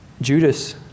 Judas